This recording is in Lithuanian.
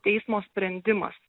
teismo sprendimas